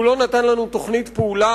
הוא לא נתן לנו תוכנית פעולה,